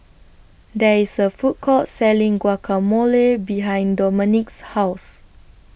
There IS A Food Court Selling Guacamole behind Domonique's House